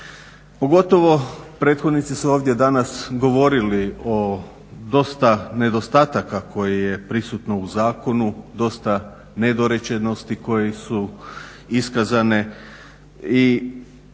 Pogotovo prethodnici su ovdje danas govorili o dosta nedostataka koje je prisutno u zakonu, dosta nedorečenosti koje su iskazane i